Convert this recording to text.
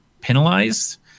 penalized